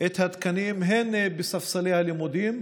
את התקנים בספסלי הלימודים,